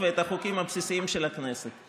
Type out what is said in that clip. קודם כול תחזיר את המיליונים שלקחת מאנשים.